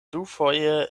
dufoje